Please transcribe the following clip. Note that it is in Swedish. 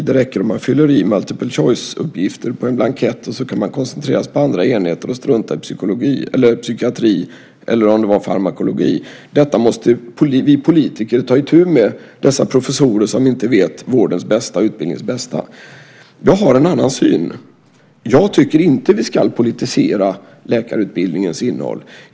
Det räcker om man fyller i multiple choice uppgifter på en blankett, och sedan kan man koncentrera sig på andra enheter och strunta i psykiatri, eller om det var farmakologi. Vi politiker måste ta itu med dessa professorer som inte vet vårdens och utbildningens bästa. Jag har en annan syn. Jag tycker inte att vi ska politisera läkarutbildningens innehåll.